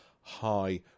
high